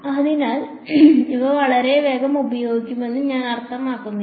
അതിനാൽ ഇവ വളരെ വേഗം ഉപയോഗിക്കുമെന്ന് ഞാൻ അർത്ഥമാക്കുന്നില്ല